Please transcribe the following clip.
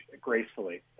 gracefully